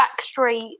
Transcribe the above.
backstreet